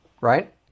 right